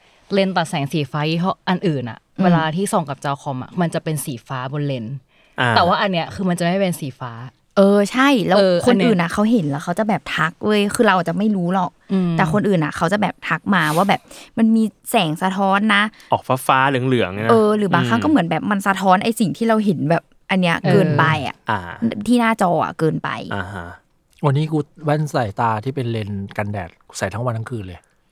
เลนส์ตัดแสงสีฟ้าเพราะอันอื่นอะ เวลาอืมที่ส่องกับจอคอมอะ มันจะเป็นสีฟ้าบนเลนส์อ่าแต่ว่าอันเนี้ยคือมันจะไม่เป็นสีฟ้าเออใช่ แล้วเอออันเนี้ยคนอื่นน่ะเขาเห็นแล้วเขาจะแบบทักเว้ย คือเราจะไม่รู้หรอกอืมแต่คนอื่นน่ะเขาจะแบบทักมาว่าแบบมันมีแสงสะท้อนนะออกฟ้าๆเหลืองๆเนี่ยนะเออ หรือบางครั้งอืมก็เหมือนแบบมันสะท้อนไอ้สิ่งที่เราเห็นแบบอันเนี้ยเออเกินไปอะอ่าที่หน้าจออะเกินไปอ่าฮะวันนี้กูแว่นสายตาที่เป็นเลนส์กันแดดใส่ทั้งวันทั้งคืนเลย